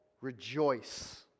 rejoice